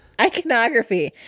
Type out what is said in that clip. iconography